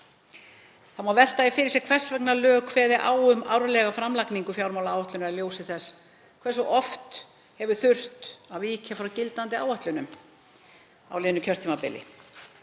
Það má velta því fyrir sér hvers vegna lög kveði á um árlega framlagningu fjármálaáætlunar í ljósi þess hversu oft hefur þurft að víkja frá gildandi áætlunum á liðnu kjörtímabili.